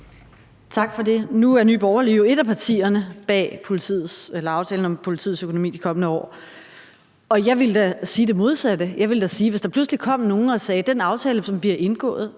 Tak for det. Nu er Nye Borgerlige jo et af partierne bag aftalen om politiets økonomi i de kommende år. Og jeg ville da sige det modsatte. Jeg ville da sige, at hvis der pludselig kom nogle og sagde, at den aftale, som vi har indgået